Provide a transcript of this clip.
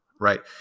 Right